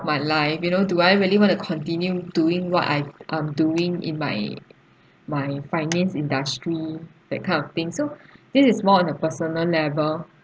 my life you know do I really want to continue doing what I um doing in my my finance industry that kind of thing so this is more on a personal level